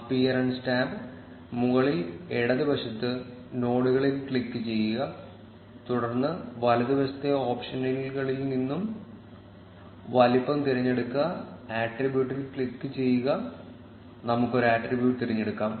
appearance ടാബിൽ മുകളിൽ ഇടതുവശത്ത് നോഡുകളിൽ ക്ലിക്കുചെയ്യുക തുടർന്ന് വലത് വശത്തെ ഓപ്ഷനുകളിൽ നിന്ന് വലുപ്പം തിരഞ്ഞെടുക്കുക ആട്രിബ്യൂട്ടിൽ ക്ലിക്കുചെയ്യുക നമുക്ക് ഒരു ആട്രിബ്യൂട്ട് തിരഞ്ഞെടുക്കാം